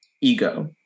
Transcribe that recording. Ego